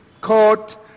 court